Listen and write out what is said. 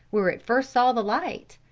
where it first saw the light?